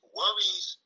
worries